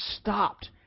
stopped